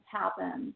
happen